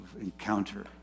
encounter